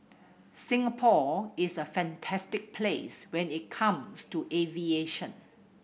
Singapore is a fantastic place when it comes to aviation